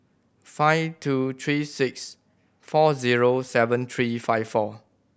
five two three six four zero seven three five four